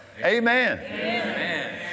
Amen